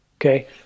Okay